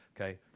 Okay